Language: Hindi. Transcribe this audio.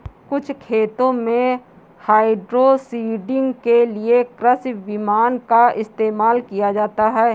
कुछ खेतों में हाइड्रोसीडिंग के लिए कृषि विमान का इस्तेमाल किया जाता है